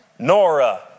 Nora